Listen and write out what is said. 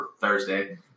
Thursday